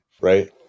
right